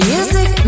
Music